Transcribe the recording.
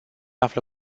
află